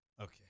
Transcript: Okay